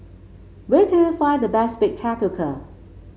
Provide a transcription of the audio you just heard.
where can I find the best bake tapioca